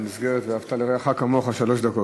במסגרת "ואהבת לרעך כמוך" שלוש דקות.